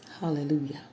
Hallelujah